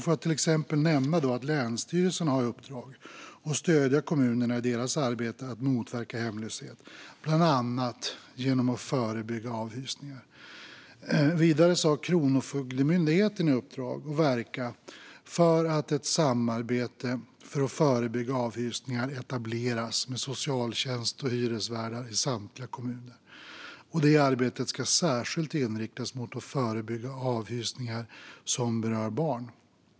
Jag kan nämna att länsstyrelserna har i uppdrag att stödja kommunerna i deras arbete att motverka hemlöshet bland annat genom att förebygga avhysningar. Vidare har Kronofogdemyndigheten i uppdrag att verka för att ett samarbete för att förebygga avhysningar etableras med socialtjänst och hyresvärdar i samtliga kommuner. Det arbetet ska särskilt inriktas mot att förebygga avhysningar som berör barn.